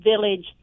village